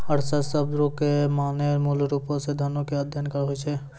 अर्थशास्त्र शब्दो के माने मूलरुपो से धनो के अध्ययन होय छै